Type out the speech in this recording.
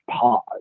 pause